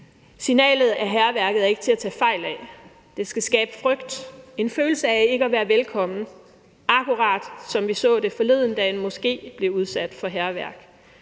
Signalet af hærværket er ikke til at tage fejl af: Det skal skabe frygt; en følelse af ikke at være velkommen, akkurat som vi så det forleden dag, hvor en moské blev udsat for hærværk.